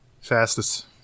Fastest